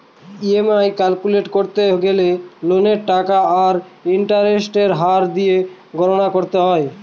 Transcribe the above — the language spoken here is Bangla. ই.এম.আই ক্যালকুলেট করতে গেলে লোনের টাকা আর ইন্টারেস্টের হার দিয়ে গণনা করতে হয়